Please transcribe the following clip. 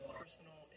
personal